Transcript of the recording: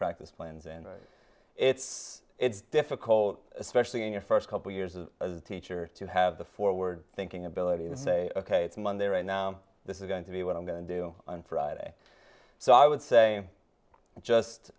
practice plans and it's it's difficult especially in your first couple years as a teacher to have the forward thinking ability to say ok it's monday right now this is going to be what i'm going to do on friday so i would say just